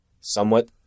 somewhat